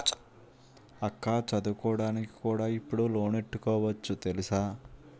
అక్కా చదువుకోడానికి కూడా ఇప్పుడు లోనెట్టుకోవచ్చు తెలుసా?